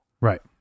Right